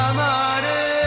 Amare